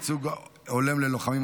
ייצוג הולם ללוחמים),